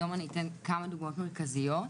היום אתן כמה דוגמאות מרכזיות.